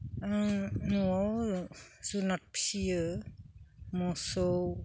न'आव जुनार फिसियो मोसौ